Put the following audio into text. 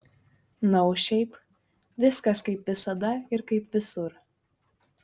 na o šiaip viskas kaip visada ir kaip visur